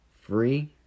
free